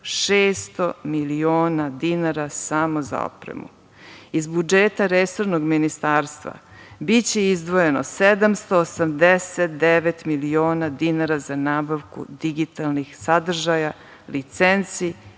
600 miliona dinara samo za opremu. Iz budžeta resornog ministarstva biće izdvojeno 789 miliona dinara za nabavku digitalnih sadržaja, licenci